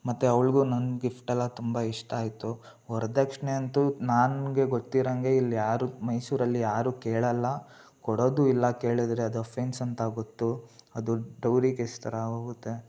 ಮತ್ತು ಅವ್ಳಿಗೂ ನನ್ನ ಗಿಫ್ಟಲ್ಲ ತುಂಬ ಇಷ್ಟ ಆಯಿತು ವರದಕ್ಷ್ಣೆ ಅಂತೂ ನನಗೆ ಗೊತ್ತಿರೋಂಗೆ ಇಲ್ಲಿ ಯಾರೂ ಮೈಸೂರಲ್ಲಿ ಯಾರೂ ಕೇಳೋಲ್ಲ ಕೊಡೋದೂ ಇಲ್ಲ ಕೇಳಿದ್ರೆ ಅದು ಒಫೆನ್ಸ್ ಅಂತ ಗೊತ್ತು ಅದು ಡೌರಿ ಕೇಸ್ ಥರ ಆಗೋಗುತ್ತೆ